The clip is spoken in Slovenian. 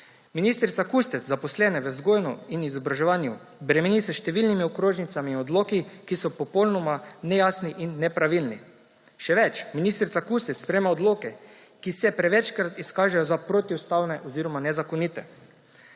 Ministrica Kustec zaposlene v vzgoji in izobraževanju bremeni s številnimi okrožnicami, odloki, ki so popolnoma nejasni in nepravilni. Še več, ministrica Kustec sprejema odloke, ki se prevečkrat izkažejo za protiustavne oziroma nezakonite.